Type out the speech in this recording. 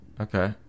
okay